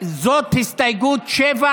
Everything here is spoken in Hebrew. זאת הסתייגות 7,